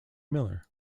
miller